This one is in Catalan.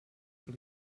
que